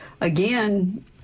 again